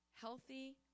healthy